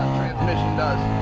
transmission does.